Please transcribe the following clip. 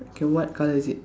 okay what colour is it